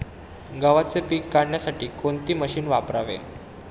गव्हाचे पीक काढण्यासाठी कोणते मशीन वापरावे?